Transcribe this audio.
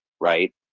right